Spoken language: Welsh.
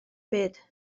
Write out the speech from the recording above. byd